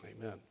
Amen